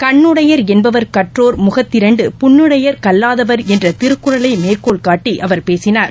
கண்ணுடையர் என்பவர் கற்றோர் முகத்திரண்டு புண்ணுடையர் கல்லாதவர் என்ற திருக்குறளை மேற்கோள்காட்டி அவர் பேசினார்